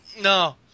No